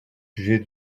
sujet